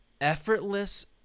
effortless